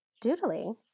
doodling